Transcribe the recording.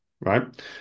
Right